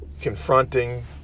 confronting